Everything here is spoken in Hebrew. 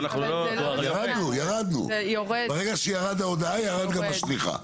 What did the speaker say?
ירדנו, ברגע שירדה ההודעה ירדה גם השליחה.